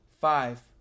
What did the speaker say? five